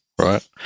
right